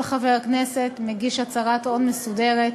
כל חבר כנסת מגיש הצהרת הון מסודרת,